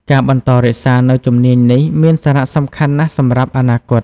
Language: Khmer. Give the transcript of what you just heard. ការបន្តរក្សានូវជំនាញនេះមានសារៈសំខាន់ណាស់សម្រាប់អនាគត។